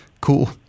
cool